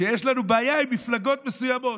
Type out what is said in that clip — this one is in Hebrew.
שיש לנו בעיה עם מפלגות מסוימות.